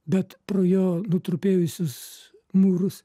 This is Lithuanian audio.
bet pro jo nutrupėjusius mūrus